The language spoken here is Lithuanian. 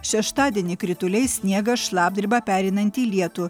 šeštadienį krituliai sniegas šlapdriba pereinanti į lietų